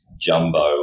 jumbo